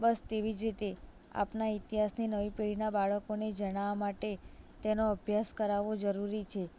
બસ તેવી જ રીતે આપણા ઇતિહાસની નવી પેઢીના બાળકોને જણાવવા માટે તેનો અભ્યાસ કરાવવો જરૂરી છે